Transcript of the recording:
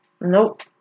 Nope